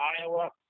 Iowa